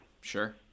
Sure